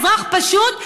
אזרח פשוט,